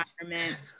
environment